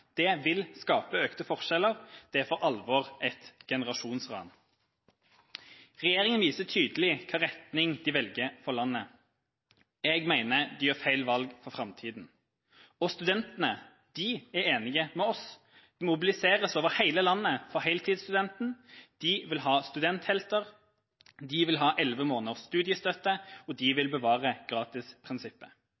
dag, vil skape økte forskjeller. Det er for alvor et generasjonsran. Regjeringa viser tydelig hvilken retning de velger for landet. Jeg mener de gjør feil valg for framtida, og studentene er enige med oss. Det mobiliseres over hele landet for heltidsstudenten. De vil ha studenthelter. De vil ha elleve måneders studiestøtte, og de vil